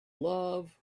love